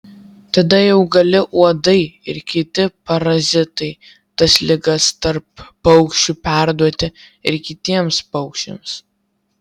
tada jau gali uodai ir kiti parazitai tas ligas tarp paukščių perduoti ir kitiems paukščiams